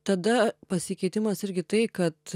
tada pasikeitimas irgi tai kad